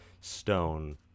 stone